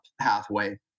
pathway